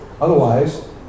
otherwise